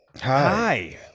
hi